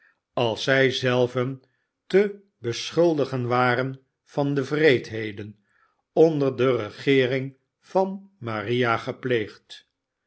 als zij zelven te beschuldigen waren van de wreedheden onder de regeering van maria gepleegd